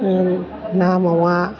ना मावा